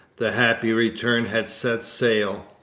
the happy return had set sail.